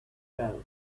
grow